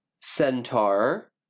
Centaur